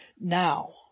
Now